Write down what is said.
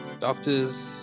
doctors